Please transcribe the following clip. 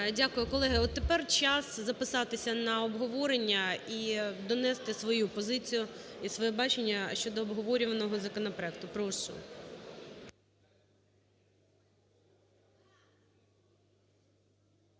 Дякую. Колеги, от тепер час записатися на обговорення і донести свою позицію і своє бачення щодо обговорюваного законопроекту. Прошу.